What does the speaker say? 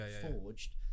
forged